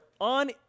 on